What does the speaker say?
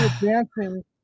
dancing